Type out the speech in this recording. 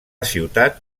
ciutat